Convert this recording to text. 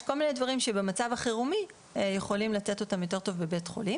יש כל מיני דברים שבמצב החירומי יכולים לתת אותם יותר טוב בבית חולים.